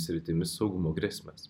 sritimis saugumo grėsmes